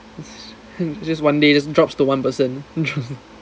it's just one day just drops to one percent